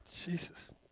Jesus